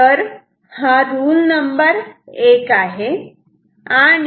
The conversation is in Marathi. तर हा रूल नंबर एक rule no